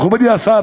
מכובדי השר,